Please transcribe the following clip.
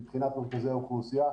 מבחינת ריכוזי האוכלוסייה.